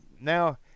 now